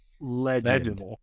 legend